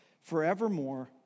forevermore